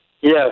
Yes